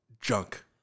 junk